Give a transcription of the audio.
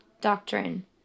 doctrine